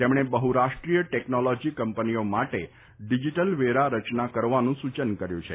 તેમણે બહુરાષ્ટ્રીય ટેકનોલોજી કંપનીઓ માટે ડીજીટલ વેરાની રચના કરવાનું સૂચન કર્યું છે